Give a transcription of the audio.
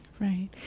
Right